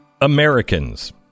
Americans